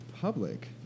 public